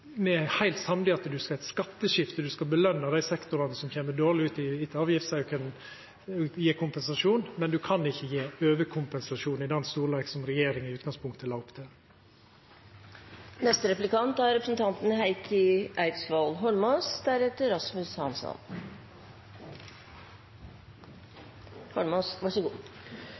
me er heilt samde i at ein skal ha eit skatteskifte, ein skal løna dei sektorane som kjem dårleg ut når det gjeld avgiftsauke, og gje kompensasjon, men ein kan ikkje gje overkompensasjon i den storleiken som regjeringa i utgangspunktet la opp til. Jeg synes at Terje Breivik er